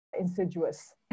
insidious